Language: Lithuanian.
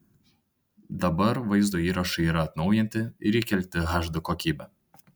dabar vaizdo įrašai yra atnaujinti ir įkelti hd kokybe